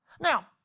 Now